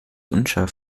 unscharf